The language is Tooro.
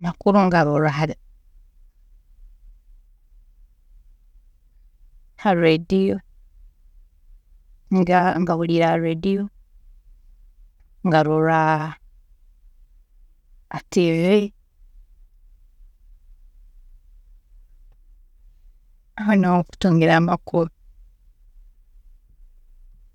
Amakuru ngaroorra ha radio, nga- ngahuurra ha radio, ngarola ha TV, aho niho nkutungira amakuru.